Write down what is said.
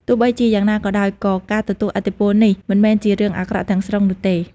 ទោះបីជាយ៉ាងណាក៏ដោយ ក៏ការទទួលឥទ្ធិពលនេះមិនមែនជារឿងអាក្រក់ទាំងស្រុងនោះទេ។